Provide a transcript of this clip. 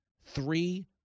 three